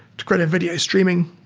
to create a video streaming,